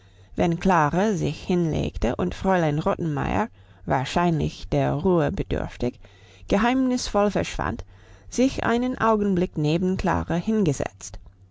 wenn klara sich hinlegte und fräulein rottenmeier wahrscheinlich der ruhe bedürftig geheimnisvoll verschwand sich einen augenblick neben klara hingesetzt